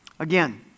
Again